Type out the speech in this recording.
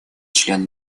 член